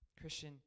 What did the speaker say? Christian